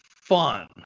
fun